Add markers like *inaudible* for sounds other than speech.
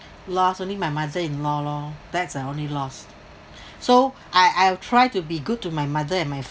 lost only my mother-in-law lor that's the only lost *breath* so I I'll try to be good to my mother and my